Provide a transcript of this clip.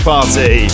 Party